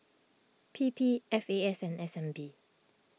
P P F A S and S N B